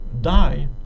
die